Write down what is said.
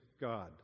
God